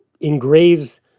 engraves